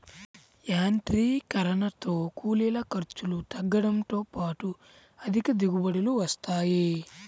యాంత్రీకరణతో కూలీల ఖర్చులు తగ్గడంతో పాటు అధిక దిగుబడులు వస్తాయి